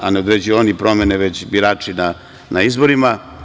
Ne određuju oni promene, već birači na izborima.